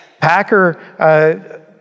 Packer